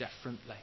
differently